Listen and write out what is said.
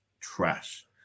trash